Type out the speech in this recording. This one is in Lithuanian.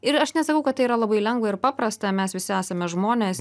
ir aš nesakau kad yra labai lengva ir paprasta mes visi esame žmonės